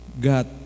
God